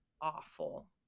awful